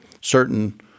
certain